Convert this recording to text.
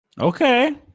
Okay